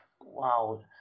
wow